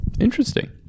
Interesting